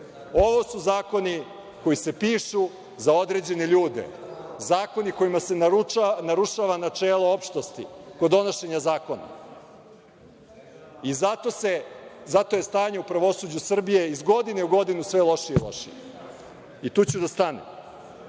Ovo su zakoni koji se pišu za određene ljude, zakoni kojima se narušava načelo opštosti kod donošenja zakona. Zato je stanje u pravosuđu Srbije iz godine u godinu sve lošije i lošije. I tu ću da stanem,